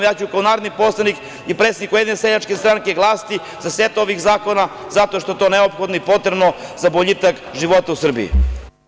Ja ću kao narodni poslanik i predsednik Ujedinjene seljačke stranke glasati za set ovih zakona, zato što je to neophodno i potrebno za boljitak života u Srbiji.